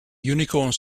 unicorns